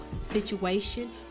situation